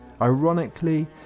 ironically